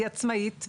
היא עצמאית,